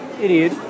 Idiot